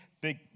big